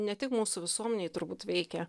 ne tik mūsų visuomenėj turbūt veikia